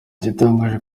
gitangaje